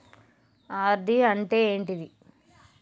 RD అంటే ఏంటిది?